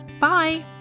Bye